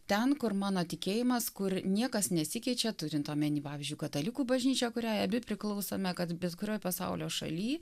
ten kur mano tikėjimas kur niekas nesikeičia turint omeny pavyzdžiui katalikų bažnyčią kuriai abi priklausome kad bet kurioj pasaulio šaly